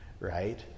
right